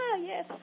yes